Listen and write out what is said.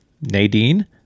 Nadine